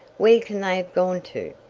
where can they have gone to?